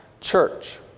church